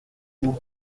nous